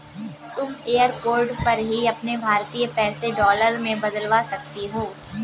तुम एयरपोर्ट पर ही अपने भारतीय पैसे डॉलर में बदलवा सकती हो